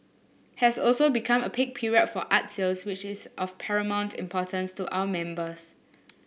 has also become a peak period for art sales which is of paramount importance to our members